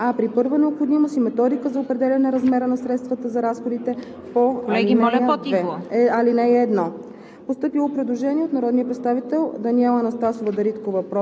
който съдържа условията и реда за заплащане на дейностите по ал. 1, а при необходимост – и методика за определяне размера на средствата за разходите по ал.